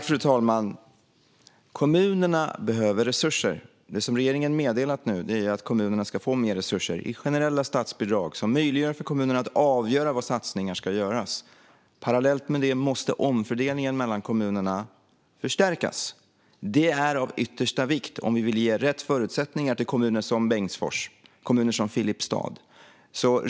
Fru talman! Kommunerna behöver resurser. Det som regeringen nu meddelat är att kommunerna ska få mer resurser i generella statsbidrag som möjliggör för kommunerna att avgöra var satsningar ska göras. Parallellt med det måste omfördelningen mellan kommunerna förstärkas. Det är av yttersta vikt om vi vill ge rätt förutsättningar till kommuner som Bengtsfors och Filipstad.